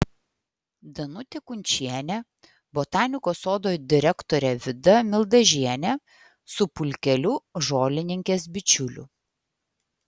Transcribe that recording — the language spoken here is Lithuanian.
danutė kunčienė botanikos sodo direktorė vida mildažienė su pulkeliu žolininkės bičiulių